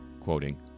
quoting